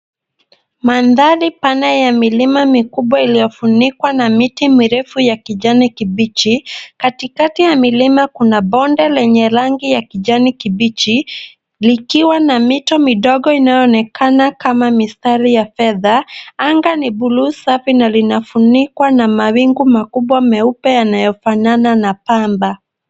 Mandhari pana ya milima mikubwa iliyofunikwa na miti mirefu ya kijani kibichi. Katikati ya milima kuna bonde lenye rangi ya kijani kibichi, likiwa na mito midogo inayoonekana kama mistari ya fedha. Anga ni buluu safi na linafunikwa na mawingu makubwa meupe yanayofanana na pamba.